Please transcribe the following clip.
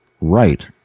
RIGHT